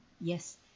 Yes